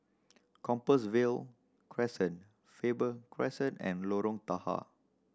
Compassvale Crescent Faber Crescent and Lorong Tahar